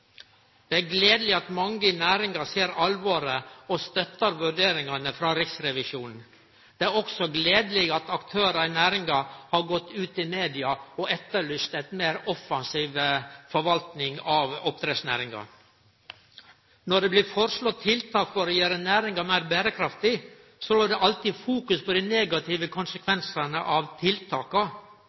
Det er gledeleg at mange i næringa ser alvoret og støttar vurderingane frå Riksrevisjonen. Det er også gledeleg at aktørar i næringa har gått ut i media og etterlyst ei meir offensiv forvaltning av oppdrettsnæringa. Når det blir føreslått tiltak for å gjere næringa meir berekraftig, er det alltid fokus på dei negative konsekvensane av tiltaka,